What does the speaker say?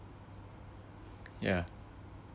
yeah